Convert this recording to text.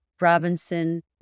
Robinson